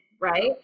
right